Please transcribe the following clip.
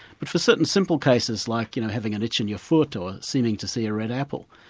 but for certain simple cases like you know having an itch in your foot, or seeming to see a red apple,